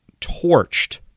torched